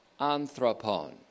anthropon